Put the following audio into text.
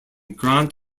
grant